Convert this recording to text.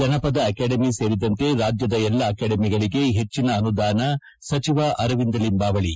ಜನಪದ ಅಕಾಡೆಮಿ ಸೇರಿದಂತೆ ರಾಜ್ಯದ ಎಲ್ಲಾ ಅಕಾಡೆಮಿಗಳಿಗೆ ಹೆಚ್ಚಿನ ಅನುದಾನ ಸಚಿವ ಅರವಿಂದ ಲಿಂಬಾವಳಿ